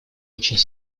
очень